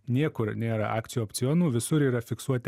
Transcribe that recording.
niekur nėra akcijų opcionų visur yra fiksuoti